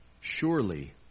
Surely